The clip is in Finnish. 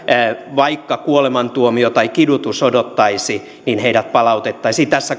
vaikka kuolemantuomio tai kidutus odottaisi heidät palautettaisiin tässä